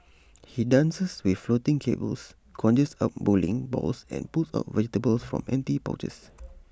he dances with floating tables conjures up bowling balls or pulls out vegetables from empty pouches